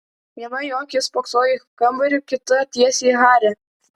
viena jo akis spoksojo į kambarį kita tiesiai į harį